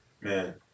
Man